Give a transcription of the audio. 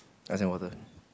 ice and water